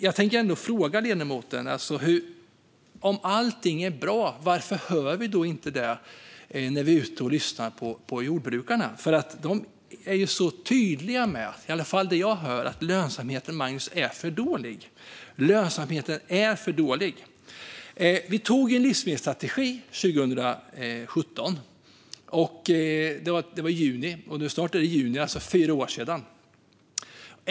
Jag vill fråga ledamoten: Om allting är bra, varför hör vi då inte det när vi är ute och lyssnar på jordbrukarna? De är ju så tydliga med - det är i alla fall vad jag hör - att lönsamheten är för dålig. Vi beslutade om en livsmedelsstrategi i juni 2017, alltså för snart fyra år sedan.